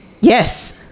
yes